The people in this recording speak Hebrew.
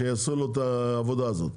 שיעשו לו את העבודה הזאת.